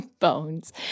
Bones